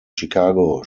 chicago